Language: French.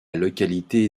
localité